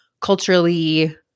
culturally